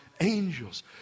angels